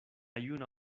juna